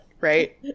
right